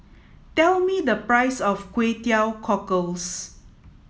tell me the price of Kway Teow Cockles